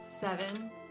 Seven